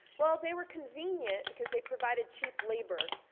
well they were convenient because they provided cheap labor.